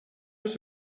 was